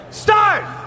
start